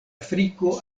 afriko